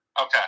Okay